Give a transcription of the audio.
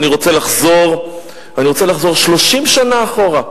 אני רוצה לחזור 30 שנה אחורה,